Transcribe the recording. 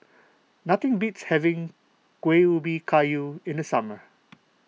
nothing beats having Kuih Ubi Kayu in the summer